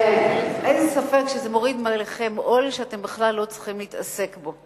אין לי ספק שזה מוריד מעליכם עול שאתם בכלל לא צריכים להתעסק בו.